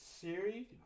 Siri